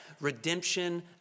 Redemption